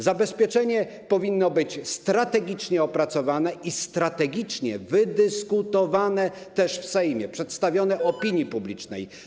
Zabezpieczenie powinno być strategicznie opracowane i strategicznie wydyskutowane też w Sejmie, przedstawione opinii publicznej.